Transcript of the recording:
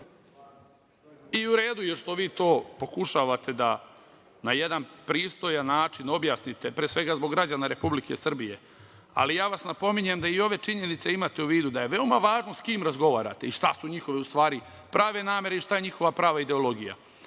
U redu je što vi to pokušavate da na jedan pristojan način objasnite pre svega zbog građana Republike Srbije, ali ja napominjem da i ove činjenice imate u vidu da je veoma važno sa kim razgovarate i šta je nju njihove u stvari prave namere i šta je njihova prava ideologija. Što